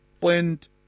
point